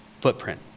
footprint